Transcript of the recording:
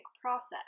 process